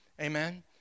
Amen